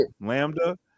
Lambda